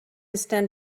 stand